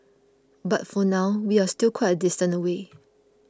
but for now we're still quite a distance away